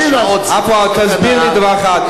עפו, רק תסביר לי דבר אחד.